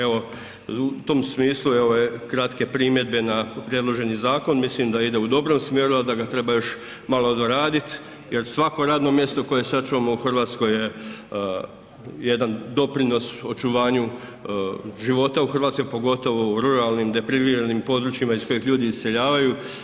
Evo, u tom smislu moja kratke primjedbe na predloženi zakon, mislim da ide u dobrom smjeru, a da ga treba još malo doraditi jer svako radno mjesto koje sačuvamo u Hrvatskoj je jedan doprinos očuvanju života u Hrvatskoj pogotovo u ruralnim depriviranim područjima iz kojih ljudi iseljavaju.